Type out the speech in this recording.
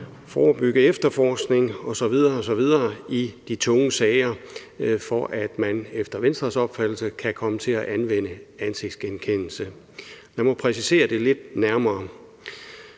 forebyggelse og efterforskning osv. osv. i de tunge sager, for at man efter Venstres opfattelse kan komme til at anvende ansigtsgenkendelse. Lad mig præcisere det lidt nærmere.